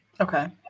Okay